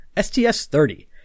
STS-30